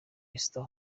esther